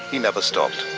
he never stopped.